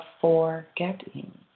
forgetting